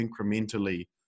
incrementally